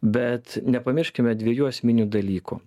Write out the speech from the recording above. bet nepamirškime dviejų esminių dalykų